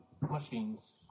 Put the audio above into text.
machines